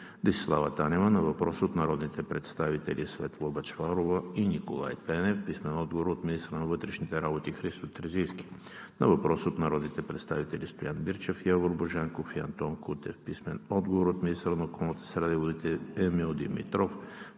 Десислава Танева на въпрос от народните представители Светла Бъчварова и Николай Пенев; - министъра на вътрешните работи Христо Терзийски на въпрос от народните представители Стоян Мирчев, Явор Божанков и Антон Кутев; - министъра на околната среда и водите Емил Димитров